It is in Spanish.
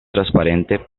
transparente